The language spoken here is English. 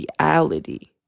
reality